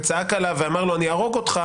צעק עליו ואמר לו "אני אהרוג אותך"